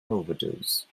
overdose